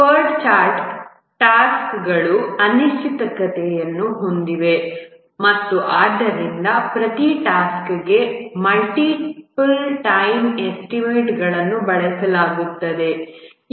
PERT chart ಟಾಸ್ಕ್ಗಳು ಅನಿಶ್ಚಿತತೆಯನ್ನು ಹೊಂದಿವೆ ಮತ್ತು ಆದ್ದರಿಂದ ಪ್ರತಿ ಟಾಸ್ಕ್ಗೆ ಮಲ್ಟಿಪಲ್ ಟೈಮ್ ಎಸ್ಟಿಮೇಟ್ಗಳನ್ನು ಬಳಸಲಾಗಿದೆ